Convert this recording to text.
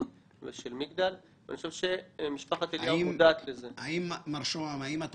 והשאלות הן: האם במגדל קיימת